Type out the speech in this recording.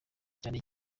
cyane